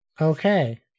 okay